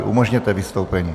Umožněte vystoupení.